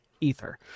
ether